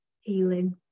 healing